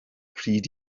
pryd